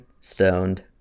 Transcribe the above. stoned